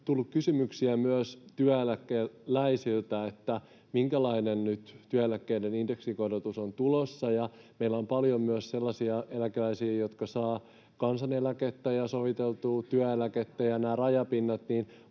on tullut kysymyksiä myös työeläkeläisiltä, minkälainen työeläkkeiden indeksikorotus on nyt tulossa, ja meillä on paljon myös sellaisia eläkeläisiä, jotka saavat kansaneläkettä ja soviteltua työeläkettä